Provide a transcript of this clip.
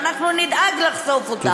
ואנחנו נדאג לחשוף אותן.